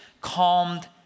calmed